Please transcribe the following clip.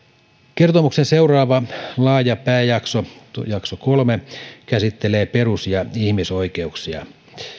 kertomuksen seuraava laaja pääjakso jakso kolme käsittelee perus ja ihmisoikeuksia